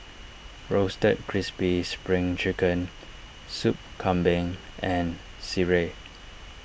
Roasted Crispy Spring Chicken Sup Kambing and Sireh